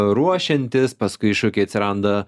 ruošiantis paskui iššūkiai atsiranda